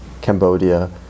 Cambodia